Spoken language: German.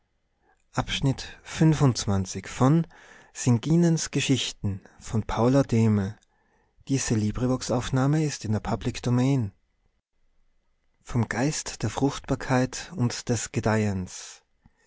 vom geist der fruchtbarkeit und des gedeihens